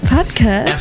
Podcast